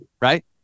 right